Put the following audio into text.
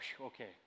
okay